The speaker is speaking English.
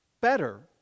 better